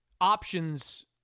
options